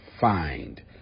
find